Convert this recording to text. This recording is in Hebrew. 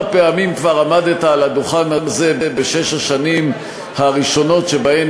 כמה פעמים כבר עמדת על הדוכן הזה בשש השנים הראשונות שבהן